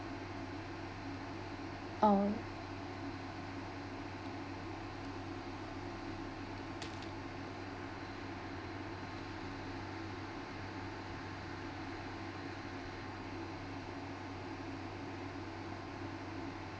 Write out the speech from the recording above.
um